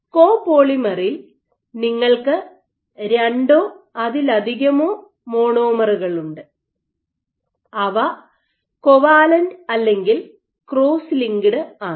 കോപോളിമറിൽ നിങ്ങൾക്ക് രണ്ടോ അതിലധികമോ മോണോമറുകളുണ്ട് അവ കോവാലന്റ് അല്ലെങ്കിൽ ക്രോസ് ലിങ്ക്ഡ് ആണ്